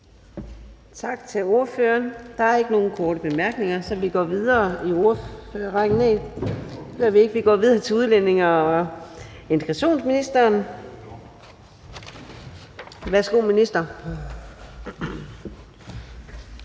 Tak til ordføreren. Der er ikke nogen korte bemærkninger, så vi går videre til udlændinge- og integrationsministeren. Værsgo til ministeren.